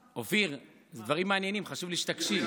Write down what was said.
אופיר, זה דברים מעניינים, חשוב לי שתקשיב.